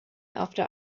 after